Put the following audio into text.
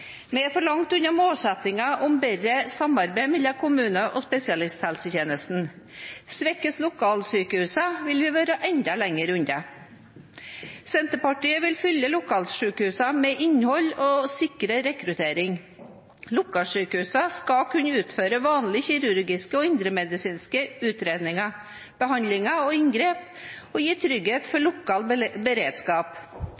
Vi er for langt unna målsettingene om bedre samarbeid mellom kommunene og spesialisthelsetjenesten. Svekkes lokalsykehusene, vil vi være enda lenger unna. Senterpartiet vil fylle lokalsykehusene med innhold og sikre rekruttering. Lokalsykehusene skal kunne utføre vanlige kirurgiske og indremedisinske utredninger, behandlinger og inngrep og gi trygghet